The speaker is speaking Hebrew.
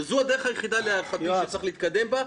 זו הדרך היחידה, להערכתי, שצריך להתקדם בה.